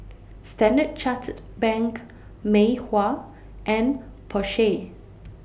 Standard Chartered Bank Mei Hua and Porsche